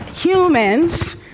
humans